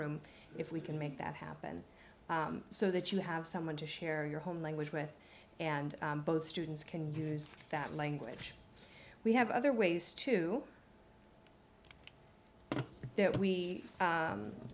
room if we can make that happen so that you have someone to share your home language with and both students can use that language we have other ways too that we